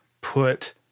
put